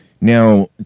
Now